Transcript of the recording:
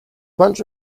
bunch